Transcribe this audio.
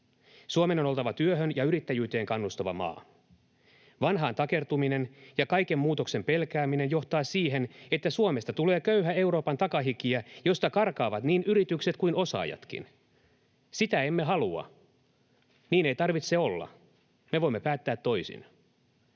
Suomen on oltava työhön ja yrittäjyyteen kannustava maa. Vanhaan takertuminen ja kaiken muutoksen pelkääminen johtaa siihen, että Suomesta tulee köyhä Euroopan takahikiä, josta karkaavat niin yritykset kuin osaajatkin. Sitä emme halua. Niin ei tarvitse olla. Me voimme päättää toisin.